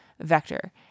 vector